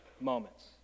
moments